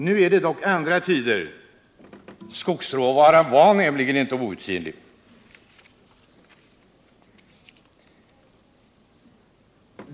Nu är det dock andra tider. Skogsråvaran var inte outsinlig.